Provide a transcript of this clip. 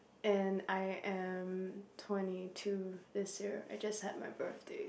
and I am twenty two this year I just had my birthday